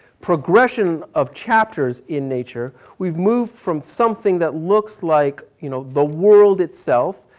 progression of chapters in nature, we've moved from something that looks like, you know, the world itself.